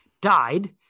died